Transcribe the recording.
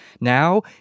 Now